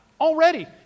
Already